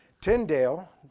Tyndale